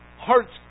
Hearts